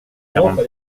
quarante